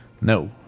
no